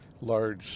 large